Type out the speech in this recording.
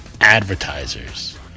advertisers